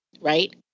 right